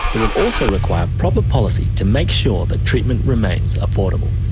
it will also require proper policy to make sure that treatment remains affordable.